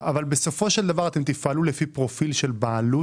אבל בסופו של דבר אתם תפעלו לפי פרופיל של בעלות?